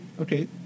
Okay